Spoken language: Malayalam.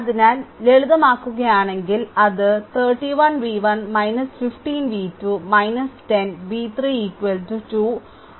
അതിനാൽ ലളിതമാക്കുകയാണെങ്കിൽ അത് 31 v1 15 v2 10 v3 2 40